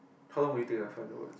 how long will it take ah final words